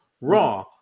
Raw